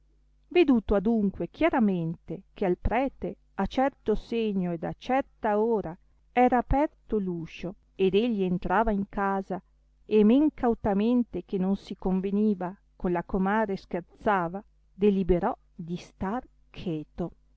veduto adunque chiaramente che al prete a certo segno ed a certa ora era aperto l'uscio ed egli entrava in casa e men cautamente che non si conveniva con la comare scherzava deliberò di star cheto